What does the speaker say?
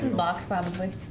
box last week